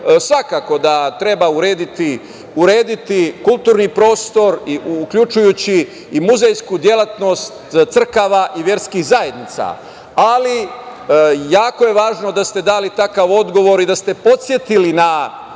smeru. Svakako da treba urediti kulturni prostor, uključujući i muzejsku delatnost crkava i verskih zajednica, ali jako je važno da ste dali takav odgovor i da ste podsetili na